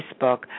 Facebook